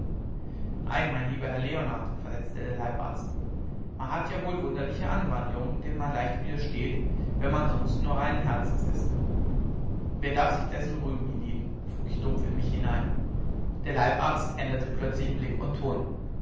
ei mein lieber herr leonard versetzte der leibarzt man hat ja wohl wunderliche anwandlungen denen man leicht widersteht wenn man sonst nur reinen herzens ist wer darf sich dessen rühmen hienieden frug ich dumpf in mich hinein der leibarzt änderte plötzlich blick und ton